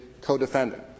co-defendant